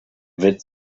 witz